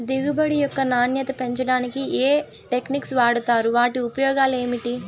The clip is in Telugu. దిగుబడి యొక్క నాణ్యత పెంచడానికి ఏ టెక్నిక్స్ వాడుతారు వాటి ఉపయోగాలు ఏమిటి?